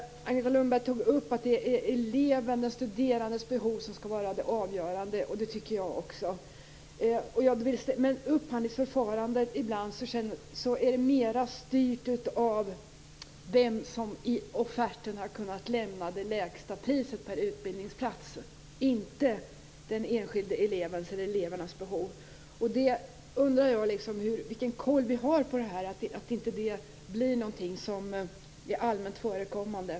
Agneta Lundberg sade att elevernas, de studerandes, behov skall vara avgörande. Det tycker jag också. Men ibland är upphandlingsförfarandet mera styrt av den som i sin offert har kunnat ange det lägsta priset per utbildningsplats än av den enskilde elevens behov. Vilken kontroll har vi här? Detta får ju inte bli allmänt förekommande.